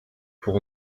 pour